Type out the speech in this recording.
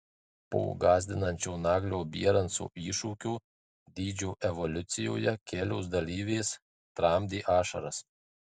po gąsdinančio naglio bieranco iššūkio dydžio evoliucijoje kelios dalyvės tramdė ašaras